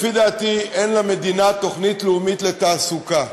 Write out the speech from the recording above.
לפי דעתי, אין למדינה תוכנית לאומית לתעסוקה.